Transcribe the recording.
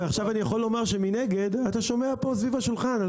ועכשיו אני יכול לומר שמנגד אתה שומע פה סביב השולחן על